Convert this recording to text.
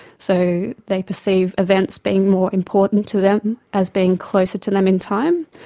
so they perceive events being more important to them as being closer to them in time.